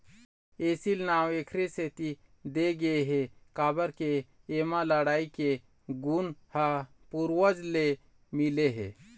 एसील नांव एखरे सेती दे गे हे काबर के एमा लड़ई के गुन ह पूरवज ले मिले हे